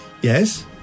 Yes